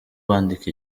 bandika